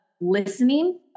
listening